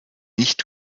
nicht